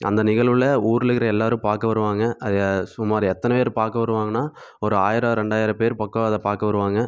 அந்த நிகழ்வில் ஊரில் இருக்கிற எல்லோரும் பார்க்க வருவாங்க சுமார் எத்தனை பேர் பார்க்க வருவாங்கன்னால் ஒரு ஆயிரம் ரெண்டாயிரம் பேர் பக்கம் அதை பார்க்க வருவாங்க